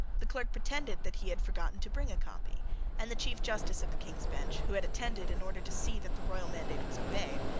the clerk pretended that he had forgotten to bring a copy and the chief justice of the king's bench, who had attended in order to see that the royal mandate was obeyed,